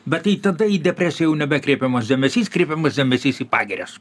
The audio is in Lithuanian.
bet tai tada į depresiją jau nebekreipiamas dėmesys kreipiamas dėmesys į pagirias